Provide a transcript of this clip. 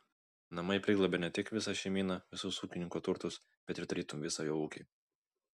namai priglobia ne tik visą šeimyną visus ūkininko turtus bet ir tarytum visą jo ūkį